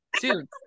Dude